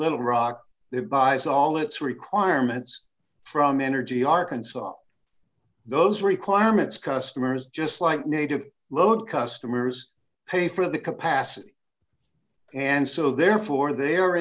little rock that buys all its requirements from energy arkansas those requirements customers just like native load customers pay for the capacity and so therefore they are